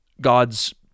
God's